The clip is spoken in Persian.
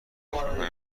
میکنیم